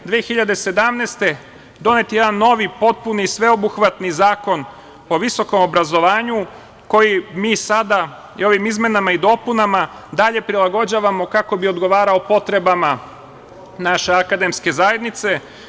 Godine 2017. donet je jedan novi, potpuni i sveobuhvatni Zakon o visokom obrazovanju, koji mi sada ovim izmenama i dopunama dalje prilagođavamo kako bi odgovarao potrebama naše akademske zajednice.